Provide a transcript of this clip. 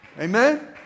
Amen